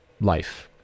life